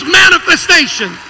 manifestation